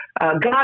God